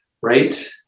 right